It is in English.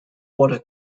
water